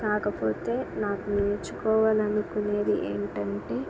కాకపోతే నాకు నేర్చుకోవాలి అనుకునేది ఏంటంటే